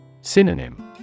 Synonym